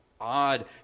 odd